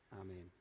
Amen